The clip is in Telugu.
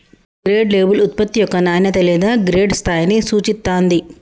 గ్రేడ్ లేబుల్ ఉత్పత్తి యొక్క నాణ్యత లేదా గ్రేడ్ స్థాయిని సూచిత్తాంది